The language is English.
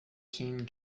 keen